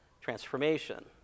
transformation